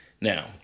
Now